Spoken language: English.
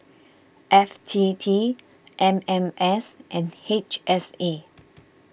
F T T M M S and H S A